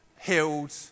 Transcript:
healed